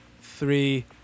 three